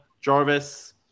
Jarvis